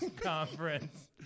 conference